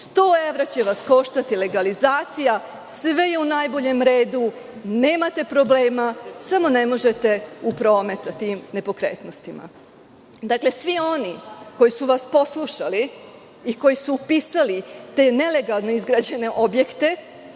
100 evra će vas koštati legalizacija, sve je u najboljem redu, nemate problema, samo ne možete u promet sa tim nepokretnostima. Dakle, svi oni koji su vas poslušali i koji su upisali te nelegalno izgrađene objekte,